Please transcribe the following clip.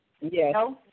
Yes